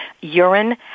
Urine